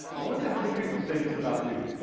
i wonder how many people would say this about you?